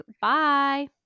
Bye